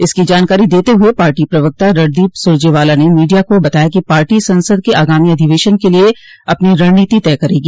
इसकी जानकारी देते हुए पार्टी प्रवक्ता रणदीप सुरजेवाला ने मीडिया को बताया कि पार्टी संसद के आगामी अधिवेशन के लिए अपनी रणनोति तय करेगी